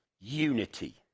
unity